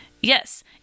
Yes